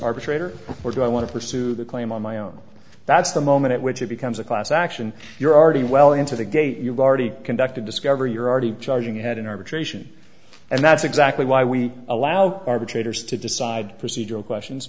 arbitrator or do i want to pursue the claim on my own that's the moment at which it becomes a class action you're already well into the gate you've already conducted discover you're already charging ahead in arbitration and that's exactly why we allow arbitrators to decide procedural questions